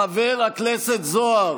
חבר הכנסת זוהר,